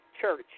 church